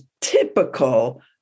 typical